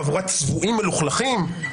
חבורת צבועים מלוכלכים?